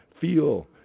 feel